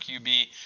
QB –